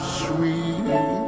sweet